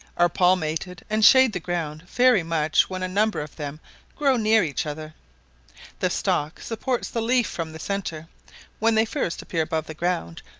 are palmated and shade the ground very much when a number of them grow near each other the stalk supports the leaf from the centre when they first appear above the ground,